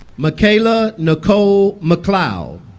makayla nicole mcleod